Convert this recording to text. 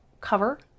cover